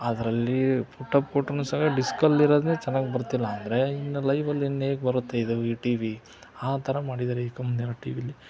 ಅದರಲ್ಲಿ ಪುಟಪ್ ಕೊಟ್ರು ಸಹ ಡಿಸ್ಕಲ್ಲಿರೋದೆ ಚೆನ್ನಾಗಿ ಬರ್ತಿಲ್ಲ ಅಂದರೆ ಇನ್ನು ಲೈವಲ್ಲಿ ಇನ್ನು ಹೇಗೆ ಬರುತ್ತೆ ಇದು ಈ ಟಿ ವಿ ಆ ಥರ ಮಾಡಿದಾರೆ ಈ ಕಂಪ್ನಿಯವರು ಈ ಟಿ ವಿಯಲ್ಲಿ